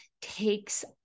takes